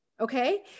okay